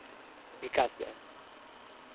Vikas bank